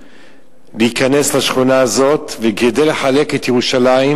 להיכנס לשכונה הזאת וכדי לחלק את ירושלים,